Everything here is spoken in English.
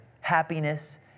happiness